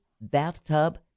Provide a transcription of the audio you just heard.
bathtub